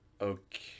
okay